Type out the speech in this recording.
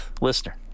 listener